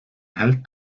hält